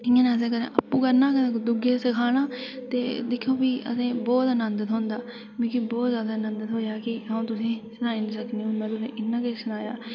इ'यां गै असें करना ते कन्नै आपूं करना ते दूऐ ई सखाना ते दिक्खेओ फ्ही असें बहोत आनंद थ्होंदा ते मिगी बहोत जादा आनंद थ्होया की अ'ऊं तुसें ई सनाई निं सकनी की इ'न्ना किश सनाया